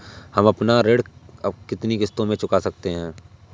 हम अपना ऋण कितनी किश्तों में चुका सकते हैं?